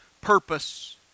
purpose